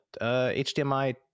HDMI